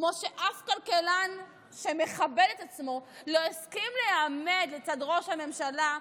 כמו שאף כלכלן שמכבד את עצמו לא הסכים להיעמד לצד ראש הממשלה,